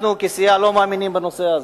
אנחנו, כסיעה, לא מאמינים בנושא הזה,